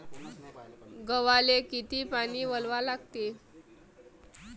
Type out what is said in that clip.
गव्हाले किती पानी वलवा लागते?